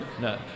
No